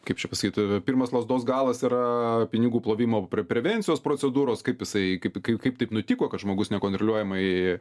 kaip čia pasakyt pirmas lazdos galas yra pinigų plovimo pre prevencijos procedūros kaip jisai kaip kaip kaip taip nutiko kad žmogus nekontroliuojamai